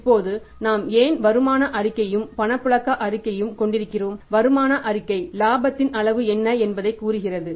இப்போது நாம் ஏன் வருமான அறிக்கையையும் பணப்புழக்க அறிக்கையையும் கொண்டிருக்கிறோம் வருமான அறிக்கை லாபத்தின் அளவு என்ன என்பதைக் கூறுகிறது